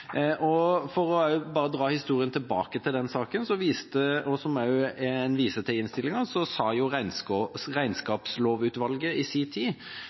For bare å dra historien tilbake til den saken som en også viser til i innstillinga, sa Regnskapslovutvalget i sin tid: «Årsberetningen for små foretak er ofte utarbeidet basert på eksempel-beretninger, det vil si at den i